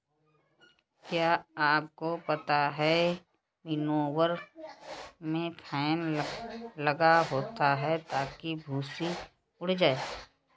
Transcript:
क्या आपको पता है विनोवर में फैन लगा होता है ताकि भूंसी उड़ जाए?